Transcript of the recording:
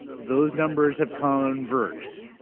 those numbers have converged.